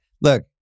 Look